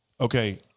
okay